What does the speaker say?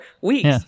weeks